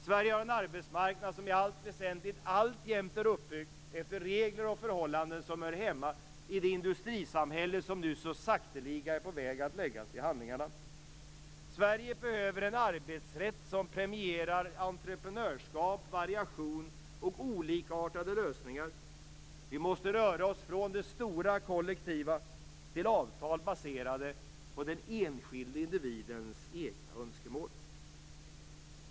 Sverige har en arbetsmarknad som i allt väsentligt alltjämt är uppbyggd efter regler och förhållanden som hör hemma i det industrisamhälle som nu så sakteliga är på väg att läggas till handlingarna. Sverige behöver en arbetsrätt som premierar entreprenörskap, variation och olikartade lösningar. Vi måste röra oss från det stora och kollektiva till avtal baserade på den enskilde individens egna önskemål.